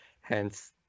hence